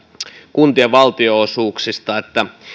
kuntien valtionosuuksista